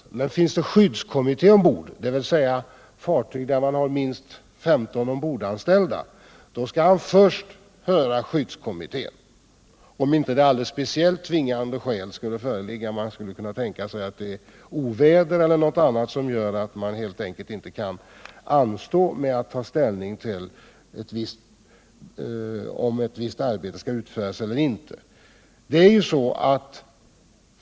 Men om det finns en skyddskommitté, det gäller således fartyg med minst 15 ombordanställda, skall befälhavaren först höra skyddskommittén — förutsatt att det inte är speciellt tvingande skäl, t.ex. att oväder eller något annat gör att man helt enkelt inte kan vänta med att ta ställning till om ett visst arbete skall utföras eller ej.